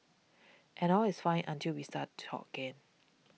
and all is fine until we start to talk again